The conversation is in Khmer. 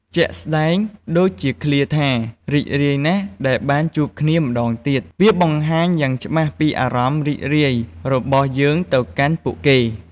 ជាក់ស្ដែង ដូចជាឃ្លាថា រីករាយណាស់ដែលបានជួបគ្នាម្តងទៀត វាបង្ហាញយ៉ាងច្បាស់ពីអារម្មណ៍រីករាយរបស់យើងទៅកាន់ពួកគេ។